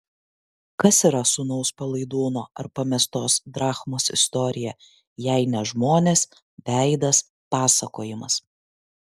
kas yra sūnaus palaidūno ar pamestos drachmos istorija jei ne žmonės veidas pasakojimas